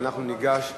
אנחנו ניגש,